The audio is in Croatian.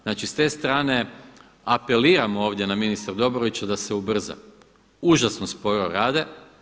Znači s te strane apeliram ovdje na ministra Dobrovića da se ubrza, užasno sporo rade.